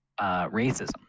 racism